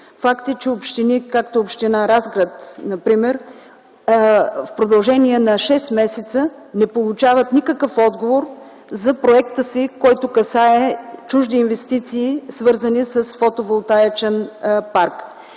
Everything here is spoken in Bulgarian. Факт е, че общини, като община Разград например, в продължение на шест месеца не получават никакъв отговор за проекта си, касаещ чужди инвестиции, свързани с фотоволтаичен парк.